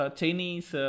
Chinese